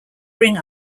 bring